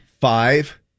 Five